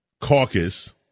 caucus